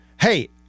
Hey